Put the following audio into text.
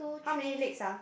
how many legs ah